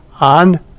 on